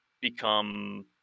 become